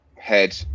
head